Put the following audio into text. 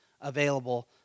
available